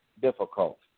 difficult